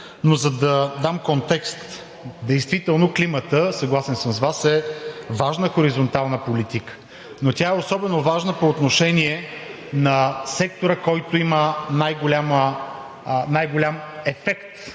но за да дам контекст, действително климатът, съгласен съм с Вас, е важна хоризонтална политика. Но тя е особено важна по отношение на сектора, който има най-голям ефект,